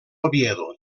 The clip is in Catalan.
oviedo